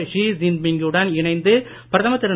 she Jinping குடன் இணைந்து பிரதமர் திரு